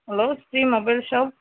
hello Sri mobile shop